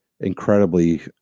incredibly